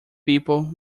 people